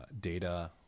data